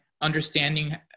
understanding